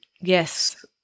Yes